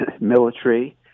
military